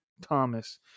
Thomas